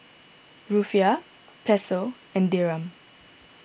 Rufiyaa Peso and Dirham